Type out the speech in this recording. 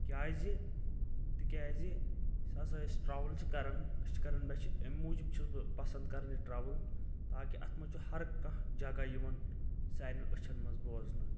کیازِ تِکیازِ یُس ہسا أسۍ ٹریٚول چھِ کران أسۍ چھِ کران مےٚ چھِ امۍ موٗجوٗب چھُس بہٕ پسند کران یہِ ٹریٚول تاکہِ اتھ منٛز چھُ ہر کانہہ جگہٕ یوان سانٮ۪ن أچھن منٛز بوزنہٕ